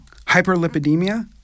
Hyperlipidemia